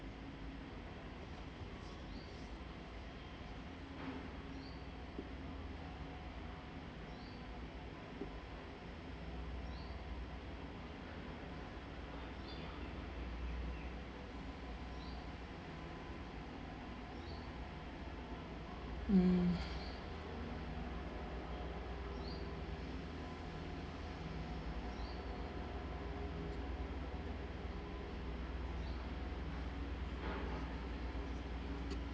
mm